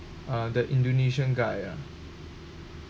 uh the indonesian guide ah